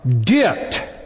dipped